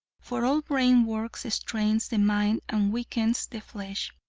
for all brain work strains the mind and weakens the flesh,